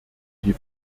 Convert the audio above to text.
die